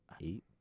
eight